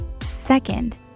Second